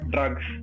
Drugs